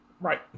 Right